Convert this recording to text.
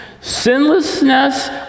Sinlessness